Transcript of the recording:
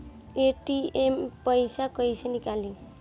ATM से पइसा कइसे निकली?